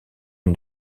une